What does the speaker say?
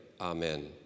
Amen